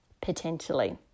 potentially